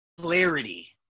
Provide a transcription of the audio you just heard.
clarity